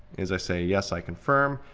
is i say, yes, i confirm.